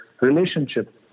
relationship